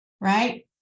right